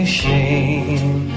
shame